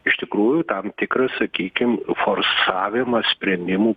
iš tikrųjų tam tikra sakykim forsavimas sprendimų